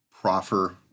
proffer